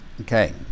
Okay